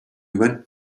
went